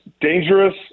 dangerous